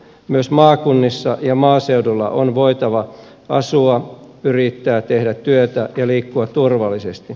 myös maakunnissa ja maaseudulla on voitava asua yrittää tehdä työtä ja liikkua turvallisesti